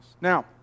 Now